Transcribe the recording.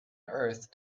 earth